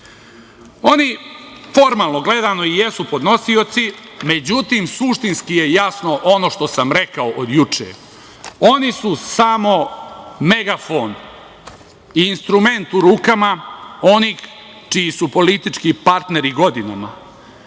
Oni, formalno gledano, jesu podnosioci. Međutim, suštinski je jasno ono što sam rekao od juče. Oni su samo megafon i instrument u rukama onih čiji su politički partneri godinama. Oni